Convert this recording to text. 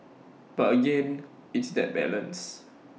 but again it's that balance